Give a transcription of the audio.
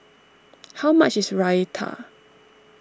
how much is Raita